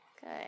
Good